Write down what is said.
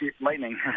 lightning